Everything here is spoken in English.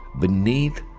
beneath